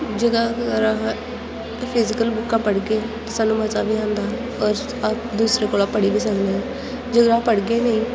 जेकर फिजीकल बुक्कां पढ़गे सानूं मजा बी औंदा और अस दूसरे कोला पढ़ी बी सकने आं जेकर अस पढ़गे निं